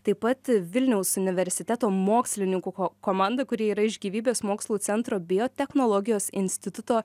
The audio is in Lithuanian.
taip pat vilniaus universiteto mokslininkų ko komanda kuri yra iš gyvybės mokslų centro biotechnologijos instituto